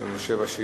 יש לנו שבע שאילתות.